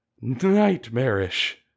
Nightmarish